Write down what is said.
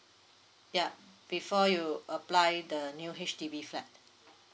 ya before you apply the new H_D_B flat